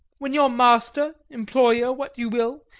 when your master, employer, what you will,